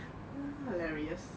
hilarious